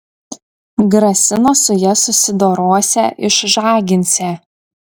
grasino su ja susidorosią išžaginsią